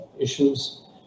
issues